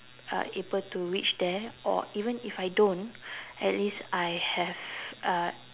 uh able to reach there or even if I don't at least I have uh